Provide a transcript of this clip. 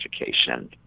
education